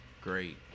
Great